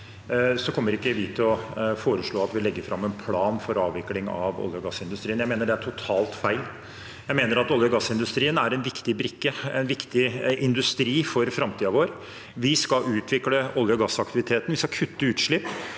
kommer ikke vi til å foreslå å legge fram en plan for avvikling av olje- og gassindustrien. Jeg mener det er totalt feil. Jeg mener at olje- og gassindustrien er en viktig brikke, en viktig industri for framtiden vår. Vi skal utvikle olje- og gassaktiviteten, vi skal kutte utslipp,